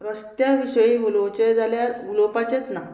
रस्त्या विशयी उलोवचे जाल्यार उलोवपाचेच ना